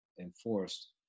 enforced